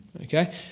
okay